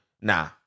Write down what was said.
Nah